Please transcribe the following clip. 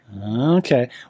Okay